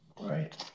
Right